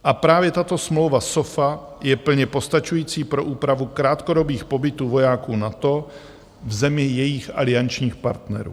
A právě tato smlouva SOFA je plně postačující pro úpravu krátkodobých pobytů vojáků NATO v zemi jejich aliančních partnerů.